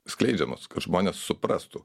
skleidžiamos kad žmonės suprastų